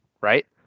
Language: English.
right